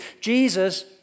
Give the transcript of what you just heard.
Jesus